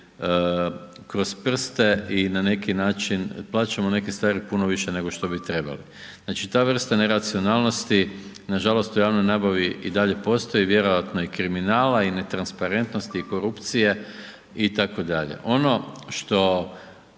kroz prste i na neki način plaćamo neke stvari puno više nego što bi trebali. Znači ta vrsta neracionalnosti nažalost u javnoj nabavi i dalje postoji, vjerojatno i kriminala i netransparentnosti i korupcije itd. Ono što